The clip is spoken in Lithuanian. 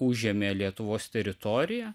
užėmė lietuvos teritoriją